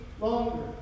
longer